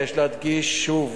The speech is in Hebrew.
אבקש להדגיש שוב,